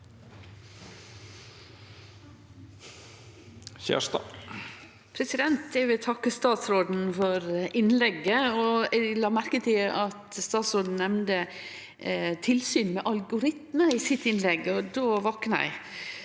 Eg vil takke statsråden for innlegget. Eg la merke til at statsråden nemnde tilsyn med algoritmar i sitt innlegg, og då vakna eg.